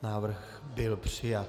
Návrh byl přijat.